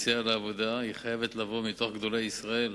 ליציאה לעבודה, חייבת לבוא מגדולי ישראל.